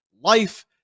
life